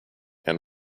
and